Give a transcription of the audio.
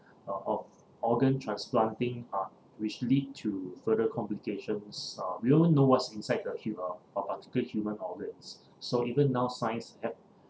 uh of organ transplanting uh which lead to further complications uh we don't even know what's inside the hu~ uh uh particular human organs so even now science can